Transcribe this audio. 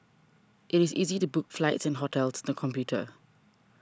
it is easy to book flights and hotels on the computer